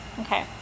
Okay